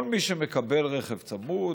כל מי שמקבל רכב צמוד,